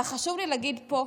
אבל חשוב לי להגיד פה,